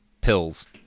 pills